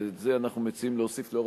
ואת זה אנחנו מציעים להוסיף לנוכח